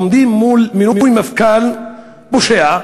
עומדים מול מינוי מפכ"ל פושע,